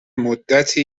مدتی